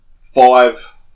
five